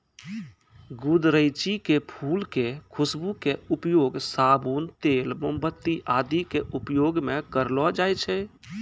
गुदरैंची के फूल के खुशबू के उपयोग साबुन, तेल, मोमबत्ती आदि के उपयोग मं करलो जाय छै